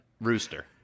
rooster